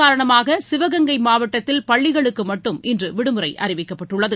காரணமாக சிவகங்கை மாவட்ட்தில் பள்ளிகளுக்கு மட்டும் இன்று விடுமுறை மழை அறிவிக்கப்பட்டுள்ளது